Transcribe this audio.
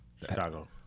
Chicago